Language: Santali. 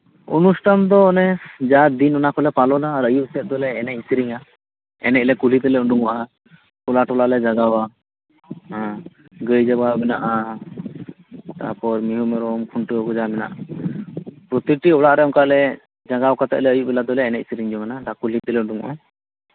ᱚᱱᱚᱥᱴᱷᱟᱱ ᱫᱚ ᱡᱟᱦᱟᱸ ᱫᱤᱱ ᱚᱱᱟᱠᱚᱞᱮ ᱯᱟᱞᱚᱱᱟ ᱟᱨ ᱟᱹᱭᱩᱵ ᱥᱮᱫ ᱫᱚᱞᱮ ᱮᱱᱮᱡ ᱥᱮᱨᱮᱧᱟ ᱮᱱᱮᱡ ᱛᱮ ᱠᱩᱞᱦᱤ ᱛᱮᱞᱮ ᱩᱰᱩᱠᱚᱜᱼᱟ ᱴᱚᱞᱟ ᱴᱚᱞᱟ ᱞᱮ ᱡᱟᱜᱟᱣᱟ ᱜᱟᱹᱭ ᱡᱟᱜᱟᱣ ᱢᱮᱱᱟᱜᱼᱟ ᱛᱟᱨᱯᱚᱨ ᱢᱤᱭᱦᱩ ᱢᱮᱨᱚᱢ ᱠᱷᱩᱱᱴᱟᱹᱣ ᱦᱮᱱᱟᱜᱼᱟ ᱯᱨᱚᱛᱤᱴᱤ ᱚᱲᱟᱜ ᱨᱮ ᱡᱟᱜᱟᱣ ᱠᱟᱛᱮ ᱟᱹᱭᱩᱵ ᱵᱮᱞᱟ ᱫᱚᱞᱮ ᱮᱱᱮᱡ ᱥᱮᱨᱮᱧᱟ ᱡᱚᱝ ᱟᱱᱟ ᱠᱩᱞᱦᱤ ᱛᱮᱞᱮ ᱩᱰᱳᱠᱚᱜᱼᱟ